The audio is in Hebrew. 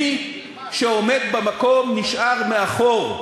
מי שעומד במקום נשאר מאחור.